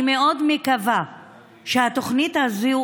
אני מאוד מקווה שהתוכנית הזו,